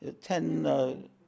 Ten